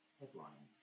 headline